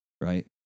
right